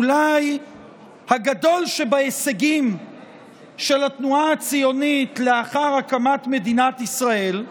אולי הגדול שבהישגים של התנועה הציונית לאחר הקמת מדינת ישראל,